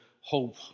hope